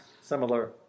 Similar